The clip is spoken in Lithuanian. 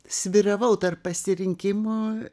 svyravau tarp pasirinkimų